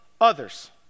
others